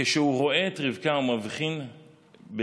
כשהוא רואה את רבקה הוא מבחין בנס: